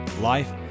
life